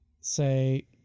say